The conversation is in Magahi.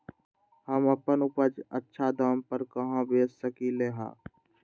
हम अपन उपज अच्छा दाम पर कहाँ बेच सकीले ह?